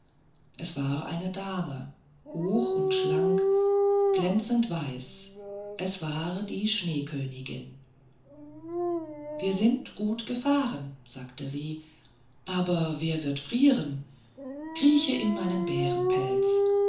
es war eine dame hoch und schlank glänzend weiß es war die schneekönigin wir sind gut gefahren sagte sie aber wer wird frieren krieche in meinen